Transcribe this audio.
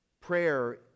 Prayer